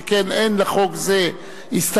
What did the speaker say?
שכן אין לחוק זה הסתייגויות,